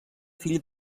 fill